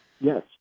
Yes